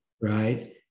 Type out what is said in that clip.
right